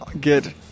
get